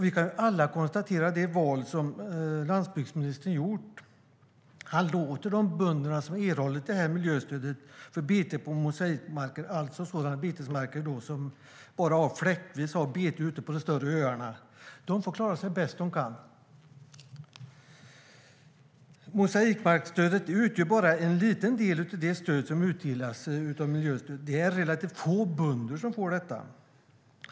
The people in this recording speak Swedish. Vi kan alla konstatera det val landsbygdsministern gjort: Han låter bönderna som erhållit miljöstöd för bete på mosaikmarker, alltså sådana betesmarker ute på de större öarna som bara fläckvis har bete, klara sig bäst de kan. Mosaikmarksstödet utgör bara en liten del av det miljöstöd som utdelas. Det är relativt få bönder som får det.